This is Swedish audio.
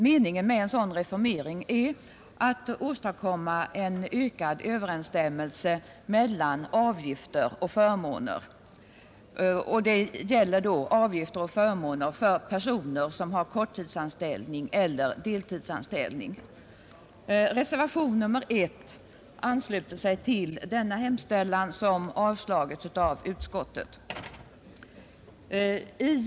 Avsikten med en sådan reformering är att åstadkomma en ökad överensstämmelse mellan avgifter och förmåner för personer som har korttidsanställning eller deltidsanställning. Reservationen 1 ansluter sig till denna hemställan, som avstyrkts av utskottsmajoriteten.